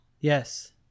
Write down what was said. Yes